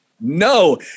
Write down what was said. No